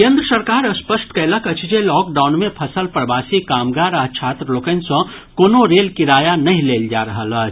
केन्द्र सरकार स्पष्ट कयलक अछि जे लॉकडाउन मे फंसल प्रवासी कामगार आ छात्र लोकनि सॅ कोनो रेल किराया नहि लेल जा रहल अछि